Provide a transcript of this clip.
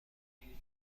دهیم